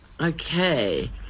okay